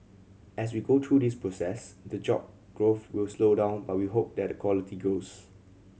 as we go through this process the job growth will slow down but we hope that the quality grows